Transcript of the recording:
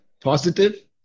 positive